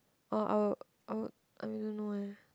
oh I will I will I don't know eh